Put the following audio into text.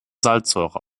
salzsäure